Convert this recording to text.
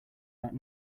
that